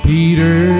Peter